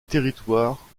territoire